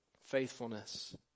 faithfulness